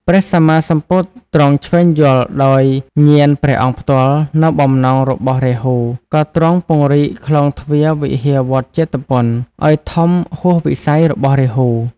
ព្រះសម្មាសម្ពុទ្ធ ទ្រង់ឈ្វេងយល់ដោយញាណព្រះអង្គផ្ទាល់នូវបំណងរបស់រាហូ ក៏ទ្រង់ពង្រីកខ្លោងទ្វារវិហារវត្តជេតពន ឱ្យធំហួសវិស័យរបស់រាហូ។